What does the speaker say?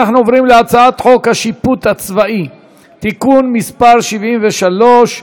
אנחנו עוברים להצעת חוק השיפוט הצבאי (תיקון מס' 73),